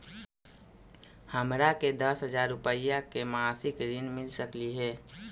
हमरा के दस हजार रुपया के मासिक ऋण मिल सकली हे?